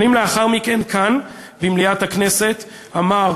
שנים לאחר מכן, כאן במליאת הכנסת אמר